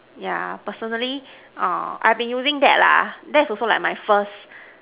yeah personally I have been using that lah that is also my first